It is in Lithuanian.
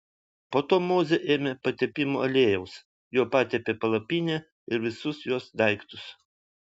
po to mozė ėmė patepimo aliejaus juo patepė palapinę ir visus jos daiktus